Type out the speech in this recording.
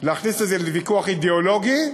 להכניס את זה לוויכוח אידיאולוגי,